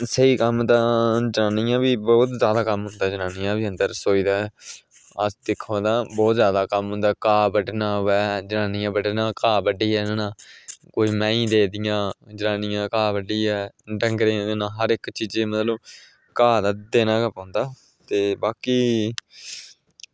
स्हेई कम्म तां जनानियें गी बी बहुत कम्म औंदा जनानियें दा बी अंदर स्हेई ऐ दिक्खो ना बहुत कम्म होंदा जि्न्ना बे जनानियें घाऽ बड्ढियै आह्नना कोई मैंहीं दियां जियां जनानियां घाऽ बड्ढियै डंगरें गी देना मतलब हर इक्क चीज़ै गी देना मतलब घाऽ ते देना गै पौंदा ते बाकी